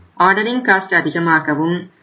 ordering cost குறைந்தும் உள்ளன